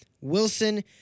Wilson